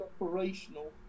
operational